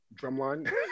drumline